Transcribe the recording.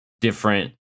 different